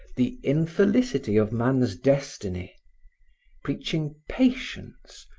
the infelicity of man's destiny preaching patience,